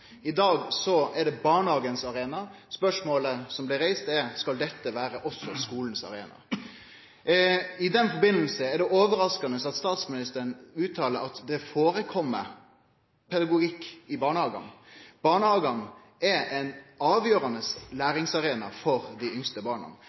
I dag er det barnehagens arena. Spørsmålet som blei reist, er: Skal dette også vere skulens arena? I den samanhengen er det overraskande at statsministeren seier at det hender det er pedagogikk i barnehagane. Barnehagane er ein avgjerande